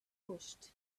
pushed